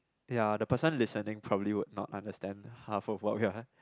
ya the person listening probably would not understand half of what we are